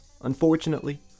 unfortunately